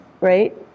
right